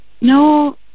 No